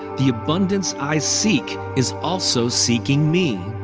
the abundance i seek is also seeking me.